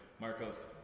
Marcos